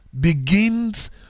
begins